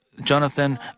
Jonathan